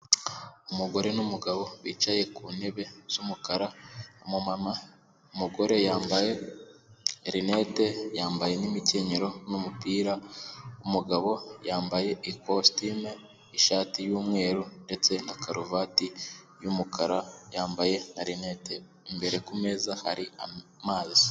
Umugore n'umugabo bicaye ku ntebe z'umukara, umumama, umugore yambaye rinete, yambaye n'imikenyero n'umupira, umugabo yambaye ikositimu, ishati y'umweru ndetse na karuvati y'umukara, yambaye na rinete, imbere ku meza hari amazi.